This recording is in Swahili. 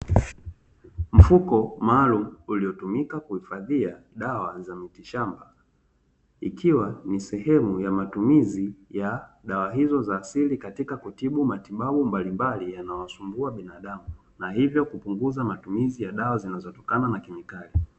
Mfuko maalumu uliotumika kuhifadhia dawa za mitishamba, ikiwa ni sehemu ya matumizi, ya dawa hizo za asili katika kutibu matibabu mbalimbali yanayowasumbua binadamu, na hivyo kupunguza matumizi ya dawa zinazotokana na kemikali.